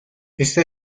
esta